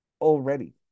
already